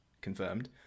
confirmed